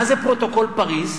מה זה פרוטוקול פריס?